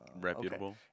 reputable